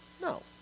No